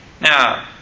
Now